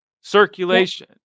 circulation